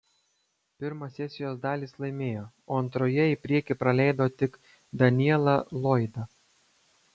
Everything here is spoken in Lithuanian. pirmą sesijos dalį jis laimėjo o antroje į priekį praleido tik danielą lloydą